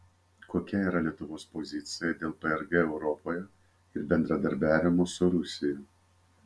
kokia yra lietuvos pozicija dėl prg europoje ir bendradarbiavimo su rusija